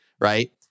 right